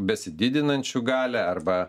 besididinančių galią arba